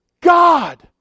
God